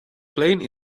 plane